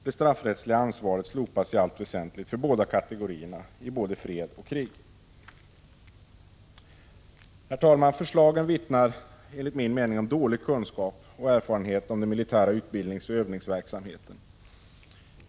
Det straffrättsliga ansvaret slopas i allt väsentligt för båda kategorierna i både fred och krig. Herr talman! Förslagen vittnar enligt min mening om dålig kunskap och erfarenhet om den militära utbildningsoch övningsverksamheten.